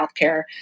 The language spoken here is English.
healthcare